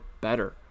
better